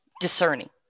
discerning